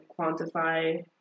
quantify